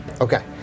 Okay